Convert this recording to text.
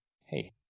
hey